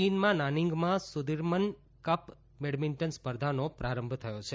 ચીનમાં નાનીંગમાં Sudirman Cup badminton સ્પર્ધાનો પ્રારંભ થયો છે